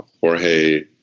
jorge